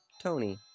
Tony